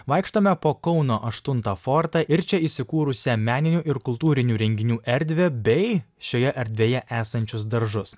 vaikštome po kauno aštuntą fortą ir čia įsikūrusią meninių ir kultūrinių renginių erdvę bei šioje erdvėje esančius daržus